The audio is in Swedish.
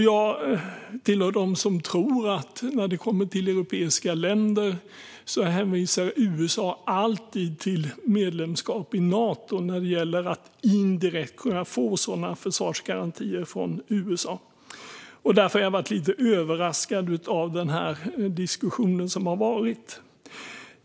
Jag tillhör dem som tror att när det kommer till europeiska länder hänvisar USA alltid till medlemskap i Nato när det gäller att indirekt kunna få sådana försvarsgarantier från USA. Därför har jag blivit lite överraskad över den diskussion som har förts.